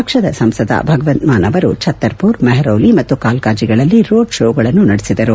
ಪಕ್ಷದ ಸಂಸದ ಭಗವಂತ್ ಮಾನ್ ಅವರು ಛತ್ತರ್ಪೂರ್ ಮೆಹರೌಲಿ ಮತ್ತು ಕಾಲ್ಕಾಜಿಗಳಲ್ಲಿ ರೋಡ್ ಶೋಗಳನ್ನು ನಡೆಸಿದರು